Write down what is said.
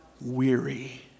weary